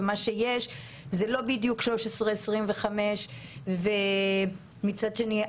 ומה שיש זה לא בדיוק 1325. מצד שני,